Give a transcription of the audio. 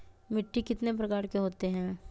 मिट्टी कितने प्रकार के होते हैं?